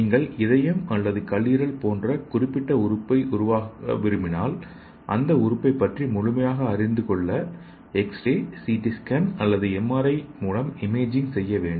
நீங்கள் இதயம் அல்லது கல்லீரல் போன்ற ஒரு குறிப்பிட்ட உறுப்பை உருவாக்க விரும்பினால் அந்த உறுப்புகளை பற்றி முழுமையாக அறிந்து கொள்ள எக்ஸ்ரே சிடி ஸ்கேன் அல்லது எம்ஆர்ஐ மூலம் இமேஜிங் செய்ய வேண்டும்